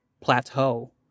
plateau